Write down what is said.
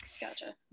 Gotcha